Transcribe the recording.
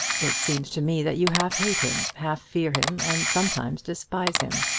it seems to me that you half hate him, half fear him, and sometimes despise him.